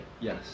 yes